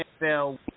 NFL